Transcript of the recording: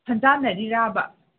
ꯈꯟꯖꯥꯅꯔꯤꯔꯥꯕ